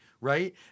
right